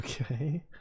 Okay